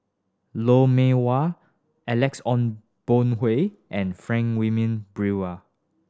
Lou Mee Wah Alex Ong Boon and Frank Wilmin Brewer